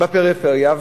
פחותים בפריפריה,